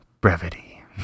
brevity